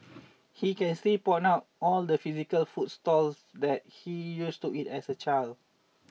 he can still point out all the physical food stalls that he used to eat as a child